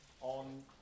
on